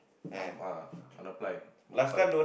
must ah kena apply must apply